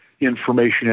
information